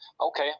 okay